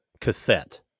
cassette